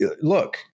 Look